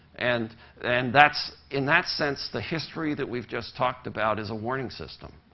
and and that's in that sense, the history that we've just talked about is a warning system.